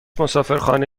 مسافرخانه